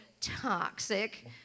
toxic